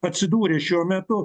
atsidūrė šiuo metu